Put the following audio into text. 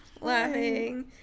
laughing